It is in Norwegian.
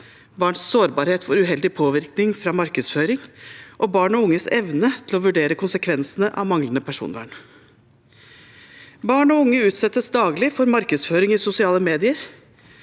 barns sårbarhet for uheldig påvirkning fra markedsføring og barn og unges evne til å vurdere konsekvensene av manglende personvern. Barn og unge utsettes daglig for markedsføring i sosiale medier.